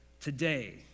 today